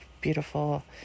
beautiful